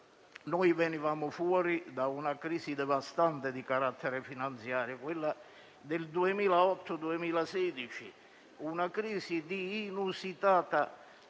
Venivamo fuori da una crisi devastante di carattere finanziario, quella del 2008-2016, una crisi di inusitata lunghezza;